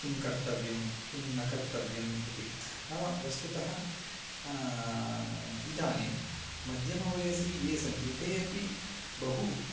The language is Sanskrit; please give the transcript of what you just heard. किं कर्तव्यं किं न कर्तव्यम् इति नाम वस्तुतः इदानीं मध्यमवयसि ये सन्ति ते अपि बहु